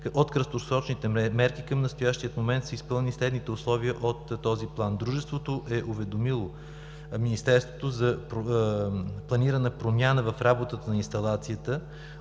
От краткосрочните мерки към настоящия момент са изпълнени следните условия от този план. Дружеството е уведомило Министерството за планирана промяна в работата на инсталацията.